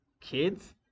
kids